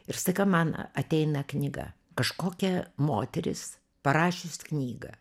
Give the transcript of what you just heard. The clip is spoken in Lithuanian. ir staiga man ateina knyga kažkokia moteris parašius knygą